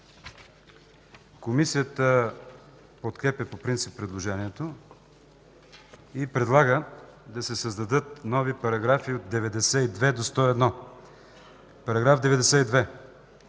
Комисията подкрепя по принцип предложението. Комисията предлага да се създадат нови параграфи от 92 до 101: „§ 92.